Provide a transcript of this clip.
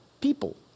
people